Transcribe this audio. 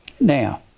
Now